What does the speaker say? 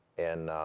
and,